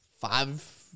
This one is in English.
five